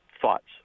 thoughts